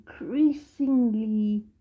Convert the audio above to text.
increasingly